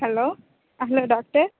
hello hello doctor